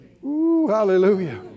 Hallelujah